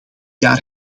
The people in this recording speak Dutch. jaar